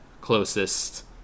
closest